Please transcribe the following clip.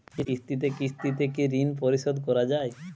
কিস্তিতে কিস্তিতে কি ঋণ পরিশোধ করা য়ায়?